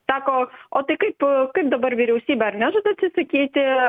sako o tai kaip dabar vyriausybė ar nežada atsisakyti